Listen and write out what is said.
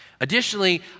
Additionally